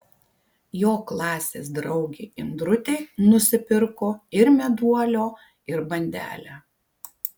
jo klasės draugė indrutė nusipirko ir meduolio ir bandelę